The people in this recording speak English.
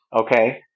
Okay